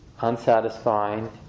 unsatisfying